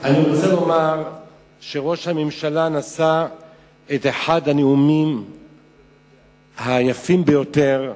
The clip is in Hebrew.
אני רוצה לומר שראש הממשלה נשא את אחד הנאומים היפים ביותר כמנהיג,